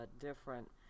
different